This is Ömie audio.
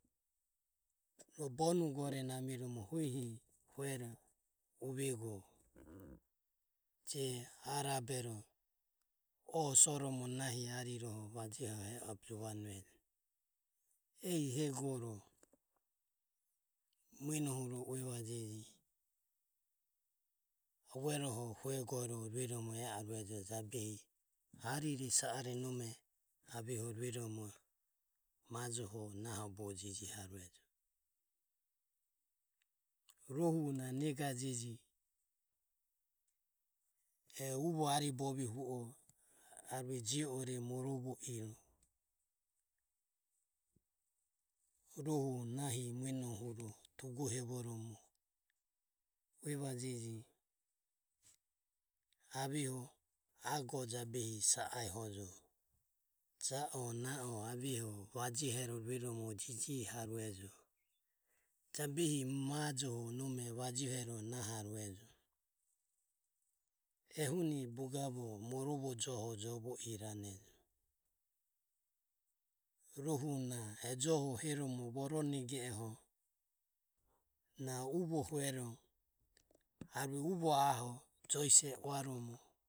Ro bonu gore namiromo hehi huero uvego je ae rabero oho soromo nahi ariroho vajeho eo be juvanuejo ehi hegoro mueno huro ue vajege avueroho hue goro rueromo e aruejo jabehi arire sa are nome aveho rueromo majoho naho be jijihaurejo rohu na negadeje e uvo aribovie hu o arue je ore morovo iro rohu nahi muenohuro tugohevoromo uevajeje aveho ae go jabehi sa ahojo ja o na o aribovie ho vajehero rueromo jijihaureje jabehi majoho nome vajehero naharuejo ehuni bogavo morovo joho jovo irane rohu na joho heromo voronege oho na uvo huero arue uvo aho joe sise uaromo